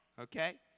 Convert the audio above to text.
Okay